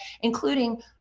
including